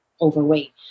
overweight